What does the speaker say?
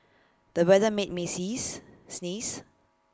the weather made me sees sneeze